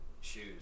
shoes